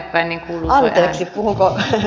anteeksi puhunko väärään suuntaan